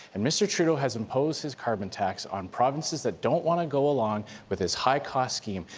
and mr. trudeau has imposed his carbon tax on provinces that don't want to go along with his high-cost scheme.